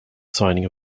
signing